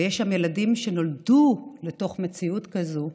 ויש שם ילדים שנולדו לתוך מציאות כזאת,